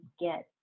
get